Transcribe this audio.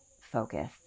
focus